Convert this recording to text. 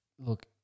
look